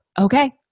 okay